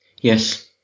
Yes